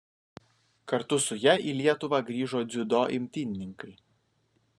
kartu su ja į lietuvą grįžo dziudo imtynininkai